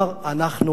אנחנו מתנצלים,